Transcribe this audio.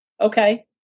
okay